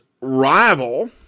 rival